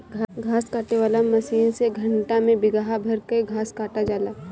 घास काटे वाला मशीन से घंटा में बिगहा भर कअ घास कटा जाला